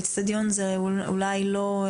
אצטדיון זה אולי לא,